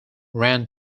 ran